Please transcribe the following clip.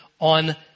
on